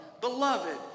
Beloved